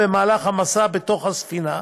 במסע בתוך הספינה,